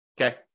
Okay